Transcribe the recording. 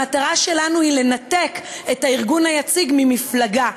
המטרה שלנו היא לנתק את הארגון היציג ממפלגה.